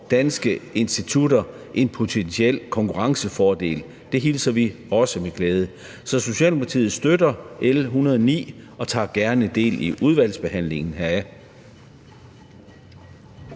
danske institutter en potentiel konkurrencefordel. Det hilser vi også med glæde. Så Socialdemokratiet støtter L 109 og tager gerne del i udvalgsbehandlingen